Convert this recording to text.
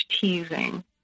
teasing